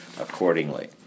accordingly